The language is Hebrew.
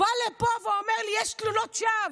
הוא בא לפה ואומר לי, יש תלונות שווא.